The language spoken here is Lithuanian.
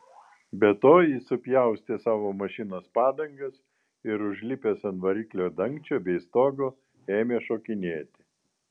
be to jis supjaustė savo mašinos padangas ir užlipęs ant variklio dangčio bei stogo ėmė šokinėti